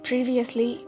Previously